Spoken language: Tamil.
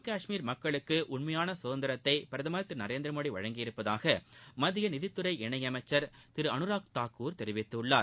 காஷ்மீர் மக்களுக்கு உண்மையான சுதந்திரத்தை பிரதமர் ஜம்மு நரேந்திரமோடி வழங்கியுள்ளதாக மத்திய நிதித்துறை இணையமைச்சர் திரு அனுராக் தாக்கூர் திரு தெரிவித்துள்ளார்